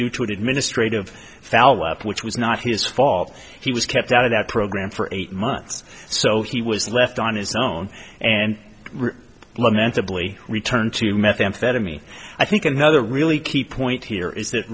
due to an administrative foul up which was not his fault he was kept out of that program for eight months so he was left on his own and lamentably returned to methamphetamine i think another really key point here is that